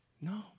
No